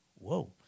Whoa